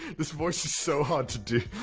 this voice is so hard to do